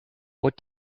what